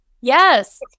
Yes